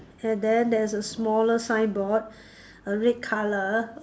and then there's a smaller signboard a red colour